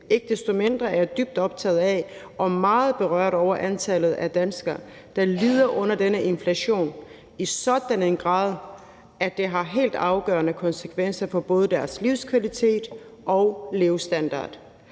ikke desto mindre er jeg dybt optaget af og meget berørt over antallet af danskere, der lider under denne inflation i sådan en grad, at det har helt afgørende konsekvenser for både deres livskvalitet og levestandard.